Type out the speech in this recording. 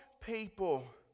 people